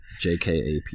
JKAP